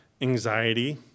anxiety